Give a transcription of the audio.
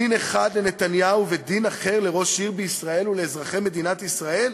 דין אחד לנתניהו ודין אחר לראש עיר בישראל ולאזרחי מדינת ישראל?